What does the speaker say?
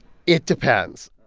it depends.